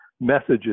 messages